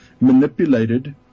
manipulated